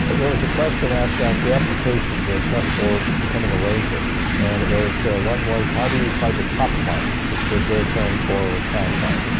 there was a question asked on and the application the test for becoming a ranger and it was one was how do you fight the top fire which was their term for a crown fire?